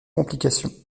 complications